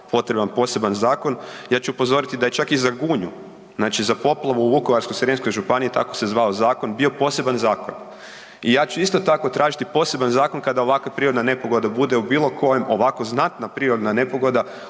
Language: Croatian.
potreban poseban zakon. Ja ću upozoriti da je čak i za Gunju, za poplavu u Vukovarsko-srijemskoj županiji tako se zvao zakon bio poseban zakon. I ja ću isto tako tražiti poseban zakon kada ovakva prirodna nepogoda bude u bilo kojem, ovako znatna prirodna nepogoda